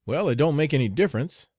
well, it don't make any difference.